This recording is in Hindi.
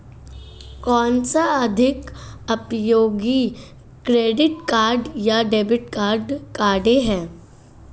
कौनसा अधिक उपयोगी क्रेडिट कार्ड या डेबिट कार्ड है?